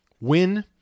win